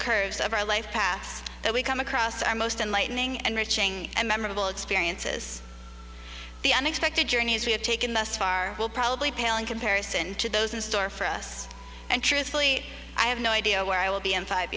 curves of our life past that we come across our most enlightening and reaching and memorable experiences the unexpected journeys we have taken thus far will probably pale in comparison to those in store for us and truthfully i have no idea where i will be in five